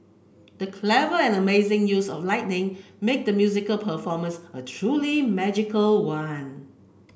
the clever and amazing use of lighting made the musical performance a truly magical one